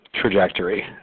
trajectory